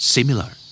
Similar